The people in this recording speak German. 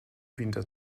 winter